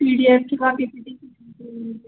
P D एफची copy